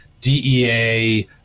DEA